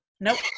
nope